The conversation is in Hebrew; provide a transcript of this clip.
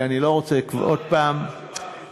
אני לא רוצה עוד הפעם להתייחס,